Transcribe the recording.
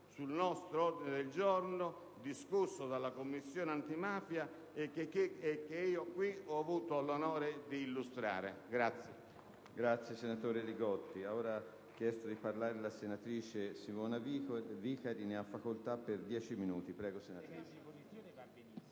sull'ordine del giorno G100 discusso dalla Commissione antimafia, e che io qui ho avuto l'onore di illustrare.